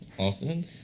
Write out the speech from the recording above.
Austin